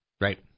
Right